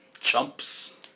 Chumps